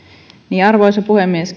arvoisa puhemies